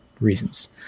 reasons